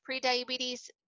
prediabetes